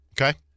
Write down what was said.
Okay